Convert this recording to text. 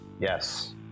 Yes